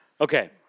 Okay